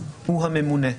הוא הממונה.